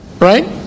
Right